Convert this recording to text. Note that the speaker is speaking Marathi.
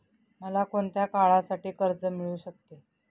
मला कोणत्या काळासाठी कर्ज मिळू शकते?